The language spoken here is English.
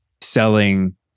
selling